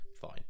Fine